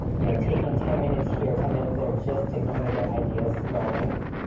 you know taking ten minutes here, ten minutes there just to kind of get ideas going.